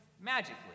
magically